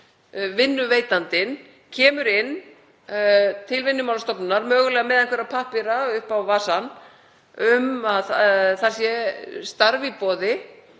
vinnuveitandinn, kemur inn til Vinnumálastofnunar, mögulega með einhverja pappíra upp á vasann um að starf sé